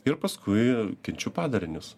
ir paskui kenčiu padarinius